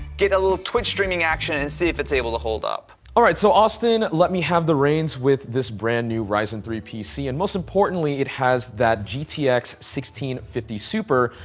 get a little twitch streaming action and see if it's able to hold up. all right, so austin, let me have the reins with this brand new ryzen three pc and most importantly, it has that gtx fifty super,